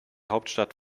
hauptstadt